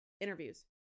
Interviews